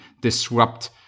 disrupt